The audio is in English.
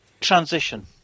transition